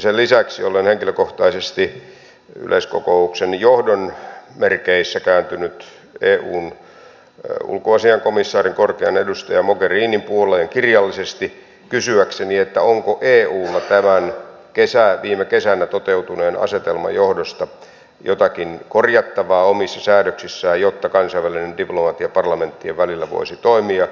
sen lisäksi olen henkilökohtaisesti yleiskokouksen johdon merkeissä kääntynyt eun ulkoasiain komissaarin korkean edustajan mogherinin puoleen kirjallisesti kysyäkseni onko eulla tämän viime kesänä toteutuneen asetelman johdosta jotakin korjattavaa omissa säädöksissään jotta kansainvälinen diplomatia parlamenttien välillä voisi toimia